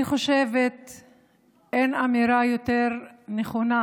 אני חושבת שאין אמירה יותר נכונה,